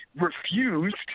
refused